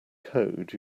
code